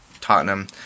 Tottenham